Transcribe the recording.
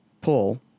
pull